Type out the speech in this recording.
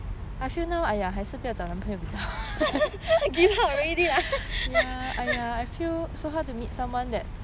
give up already lah